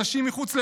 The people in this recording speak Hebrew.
אנשים מחוץ לביתם,